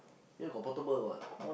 here got portable what